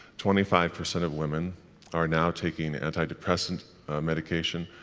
twenty five percent of women are now taking antidepressant medication,